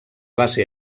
base